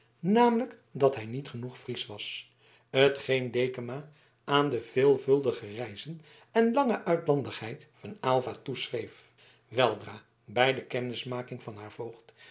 namelijk dat hij niet genoeg fries was t geen dekama aan de veelvuldige reizen en lange uitlandigheid van aylva toeschreef weldra bij de kennismaking met haar voogd